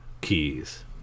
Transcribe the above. keys